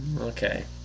Okay